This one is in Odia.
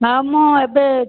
ନା ମୁଁ ଏବେ